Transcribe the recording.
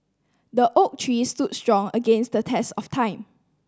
the oak tree stood strong against the test of time